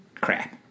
crap